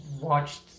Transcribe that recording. watched